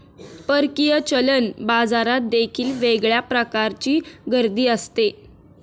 परकीय चलन बाजारात देखील वेगळ्या प्रकारची गर्दी असते